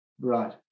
Right